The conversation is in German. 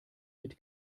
mit